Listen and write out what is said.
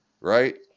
right